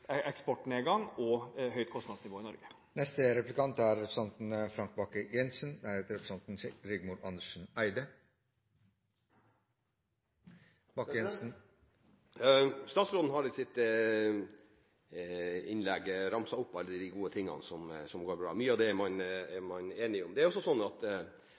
eksportnedgang og høyt kostnadsnivå i Norge. Statsråden har i sitt innlegg ramset opp alle de gode tingene som går bra. Mye av det er man enige om. Det er også riktig som statsråden sier, at